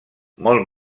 molt